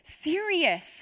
serious